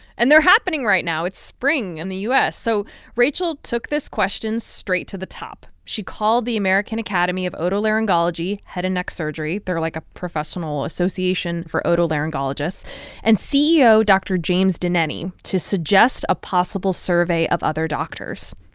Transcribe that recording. and they're happening right now. it's spring in the u s. so rachel took this question straight to the top. she called the american academy of otolaryngology-head and neck surgery they're like a professional association for otolaryngologists and ceo dr. james denneny to suggest a possible survey of other doctors.